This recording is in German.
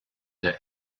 der